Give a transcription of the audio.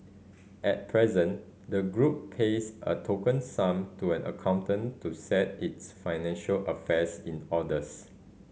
at present the group pays a token sum to an accountant to set its financial affairs in orders